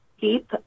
keep